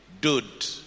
dude